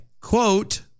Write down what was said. Quote